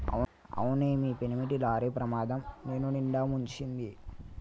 అవునే మీ పెనిమిటి లారీ ప్రమాదం నిన్నునిండా ముంచింది